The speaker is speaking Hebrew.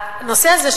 הנושא הזה,